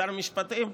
שר המשפטים.